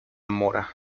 mora